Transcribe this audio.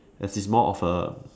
as in more of a